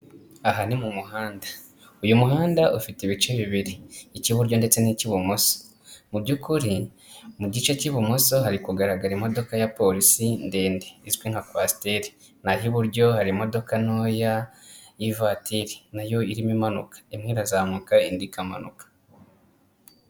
Aha ni mu muhanda, uyu muhanda ufite ibice bibiri ik'iburyo ndetse n'ik'ibumoso, mu by'ukuri mu gice k'ibumoso hari kugaragara imodoka ya polisi ndende izwi nka kwasiteri naho iburyo hari imodoka ntoya y'ivatiri nayo irimo imanuka, imwe irazamuka indi ikamanuka.